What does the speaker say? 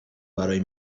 برای